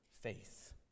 faith